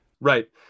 Right